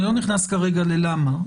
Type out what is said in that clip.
אני לא נכנס כרגע ללמה,